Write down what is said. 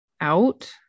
out